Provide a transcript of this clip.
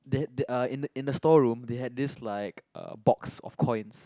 they had uh in the in the storeroom they had this like uh box of coins